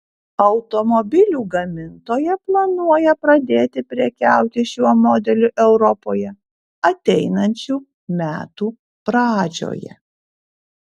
automobilių gamintoja planuoja pradėti prekiauti šiuo modeliu europoje ateinančių metų pradžioje